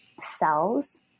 cells